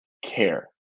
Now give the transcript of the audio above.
care